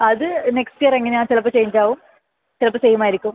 അത് next year എങ്ങനെയാണ് ചിലപ്പോൾ ചേഞ്ച് ആകും ചിലപ്പോൾ സെയിം ആയിരിക്കും